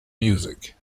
music